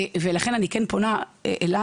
ולכן אני כן פונה אלייך,